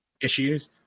issues